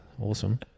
Awesome